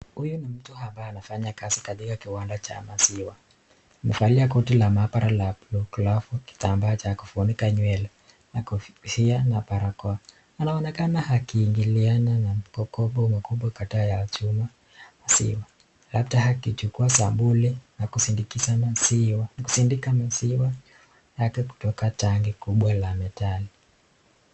Huyu ni mtu ambaye anafanya kazi katika kiwanda cha maziwa. Amevalia koti la maabara la blue iliyokolea, kitambaa cha kufunika nywele, na kofia na barakoa. Anaonekana akiingiliana na mkokobo mkubwa wa chuma. Labda akichukua sampuli na kusindikiza maziwa na kusindika maziwa yake kutoka tangi kubwa la metali.